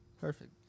Perfect